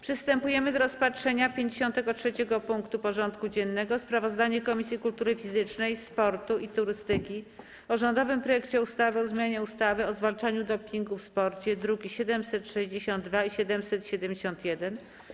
Przystępujemy do rozpatrzenia punktu 53. porządku dziennego: Sprawozdanie Komisji Kultury Fizycznej, Sportu i Turystyki o rządowym projekcie ustawy o zmianie ustawy o zwalczaniu dopingu w sporcie (druki nr 762 i 771)